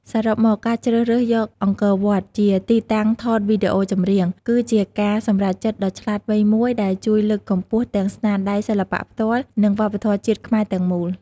សរុបមក ការជ្រើសរើសយកអង្គរវត្តជាទីតាំងថតវីដេអូចម្រៀង គឺជាការសម្រេចចិត្តដ៏ឆ្លាតវៃមួយដែលជួយលើកកម្ពស់ទាំងស្នាដៃសិល្បៈផ្ទាល់ និងវប្បធម៌ជាតិខ្មែរទាំងមូល។